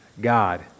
God